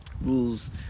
rules